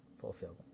fulfilled